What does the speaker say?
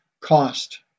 cost